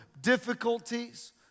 difficulties